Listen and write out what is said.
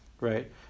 right